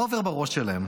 מה עובר בראש שלהם?